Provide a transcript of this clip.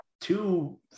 two